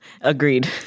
Agreed